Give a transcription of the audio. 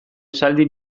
esaldi